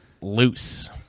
loose